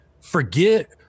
Forget